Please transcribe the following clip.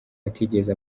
atigeze